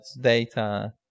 data